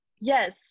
yes